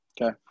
Okay